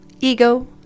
ego